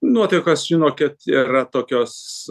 nuotaikos žinokit yra tokios